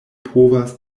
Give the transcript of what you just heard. povas